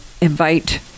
invite